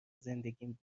زندگیم